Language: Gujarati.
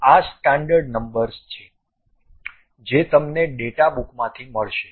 આ સ્ટાન્ડર્ડ નંબર્સ છે જે તમને ડેટા બુકમાંથી મળશે